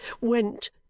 went